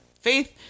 Faith